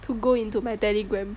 to go into my Telegram